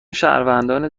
شهروندان